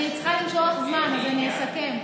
אני צריכה למשוך זמן, אז אני אסכם.